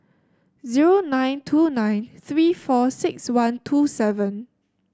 zero nine two nine three four six one two seven